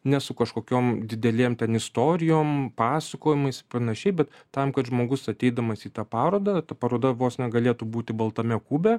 ne su kažkokiom didelėm ten istorijom pasakojimais panašiai bet tam kad žmogus ateidamas į tą parodą ta paroda vos negalėtų būti baltame kube